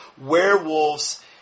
werewolves